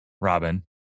Robin